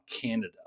Canada